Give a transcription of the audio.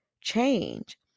change